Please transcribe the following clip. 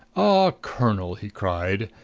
ah, colonel, he cried,